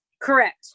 Correct